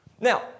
Now